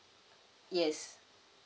yes